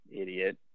idiot